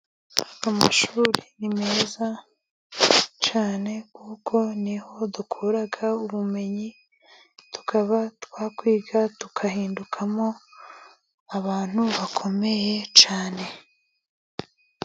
Amashuri ni meza cyane kuko ni ho dukura ubumenyi, tukaba twakwiga tugahindukamo abantu bakomeye cyane,